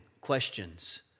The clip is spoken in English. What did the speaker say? questions